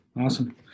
Awesome